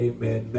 Amen